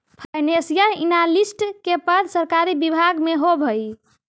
financial analyst के पद सरकारी विभाग में होवऽ हइ